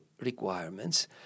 requirements